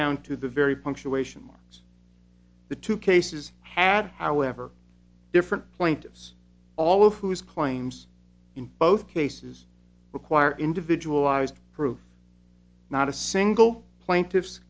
down to the very punctuation marks the two cases had however different point of us all of whose claims in both cases require individualized proof not a single plaintiff